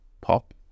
pop